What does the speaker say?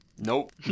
Nope